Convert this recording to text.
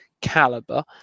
calibre